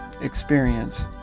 experience